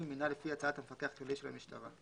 מינה לפי הצעת המפקח הכללי של המשטרה.